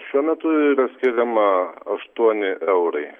šiuo metu yra skiriama aštuoni eurai